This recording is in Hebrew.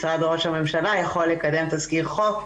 משרד ראש הממשלה יכול לקדם תזכיר חוק,